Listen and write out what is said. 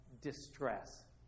distress